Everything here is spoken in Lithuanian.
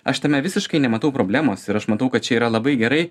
aš tame visiškai nematau problemos ir aš matau kad čia yra labai gerai